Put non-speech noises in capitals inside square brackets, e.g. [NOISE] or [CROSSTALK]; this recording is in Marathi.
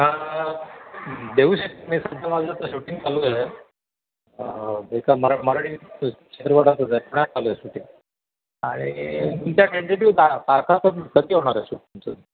हां देऊ शकते मी सध्या माझं तर शूटिंग चालू आहे एका मरा मराठी चित्रवटाचंच आहे [UNINTELLIGIBLE] चालू आहे शूटिंग आणि तुमच्या टेन्टेटिव तारखाचं कधी होणाराय शूटिंगचं